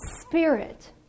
spirit